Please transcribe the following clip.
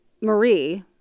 Marie